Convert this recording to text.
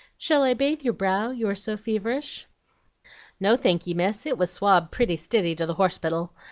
shall i bathe your brow, you are so feverish no, thanky, miss, it was swabbed pretty stiddy to the horsepittle,